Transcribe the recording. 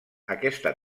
aquesta